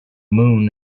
moon